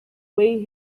wait